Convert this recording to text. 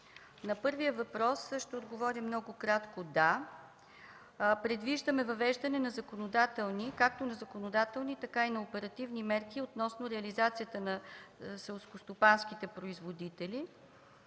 На първия въпрос ще отговоря много кратко: да, предвиждаме въвеждане както на законодателни, така и на оперативни мерки относно реализацията на селскостопанските производители.